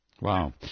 Wow